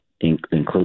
include